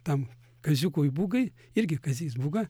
tam kaziukui būgai irgi kazys būga